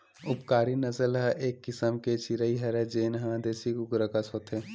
उपकारी नसल ह एक किसम के चिरई हरय जेन ह देसी कुकरा कस होथे